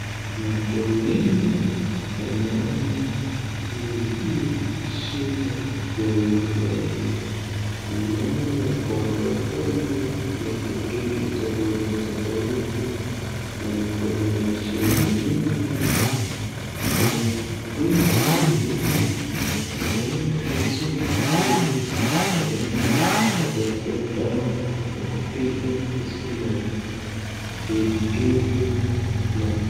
Mkulima anaona ni nini shida kwa hii mahindi anaona imepondwapondwa na vidudu tofauti tofauti na iko na mashimo mingi na huyu mkulima anaona vizuri ili aende atafute dawa ya kupiga hizi mavidudu na.